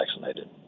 vaccinated